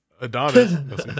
Adonis